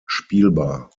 spielbar